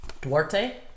Duarte